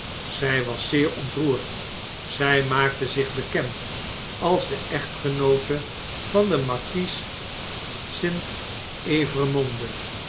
zjj was zeer ontroerd zjj maakte zich bekend als de echtgenoote van den markies st